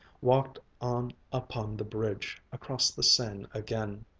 walked on upon the bridge across the seine again.